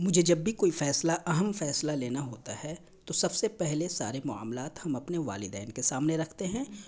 مجھے جب بھی کوئی فیصلہ اہم فیصلہ لینا ہوتا ہے تو سب سے پہلے سارے معاملات ہم اپنے والدین کے سامنے رکھتے ہیں